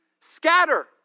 scatter